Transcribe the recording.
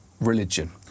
religion